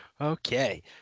Okay